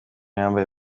yambaye